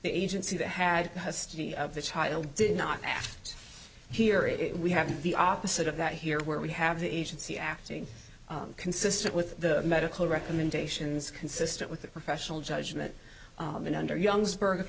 the agency that had custody of the child did not hear it we have the opposite of that here where we have the agency acting consistent with the medical recommendations consistent with the professional judgment and under young's bir